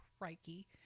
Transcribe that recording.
crikey